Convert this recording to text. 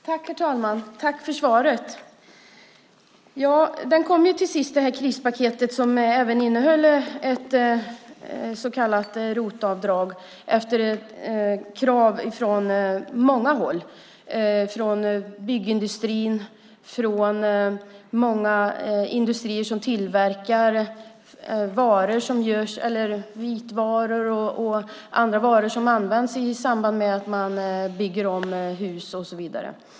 Herr talman! Jag tackar finansministern för svaret. Krispaketet kom till sist. Det innehöll även ett så kallat ROT-avdrag efter krav från många håll. Kravet kom från byggindustrin och från många som tillverkar vitvaror och andra varor som används i samband med ombyggnad av hus.